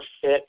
fit